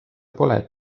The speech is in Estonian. pole